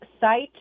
site